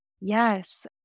Yes